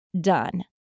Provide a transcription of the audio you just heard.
done